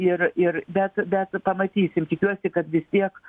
ir ir bet bet pamatysim tikiuosi kad vis tiek